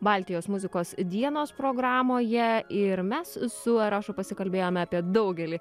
baltijos muzikos dienos programoje ir mes su arašu pasikalbėjome apie daugelį